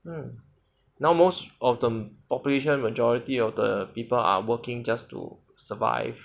now most of the population majority of the people are working just to survive